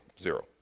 zero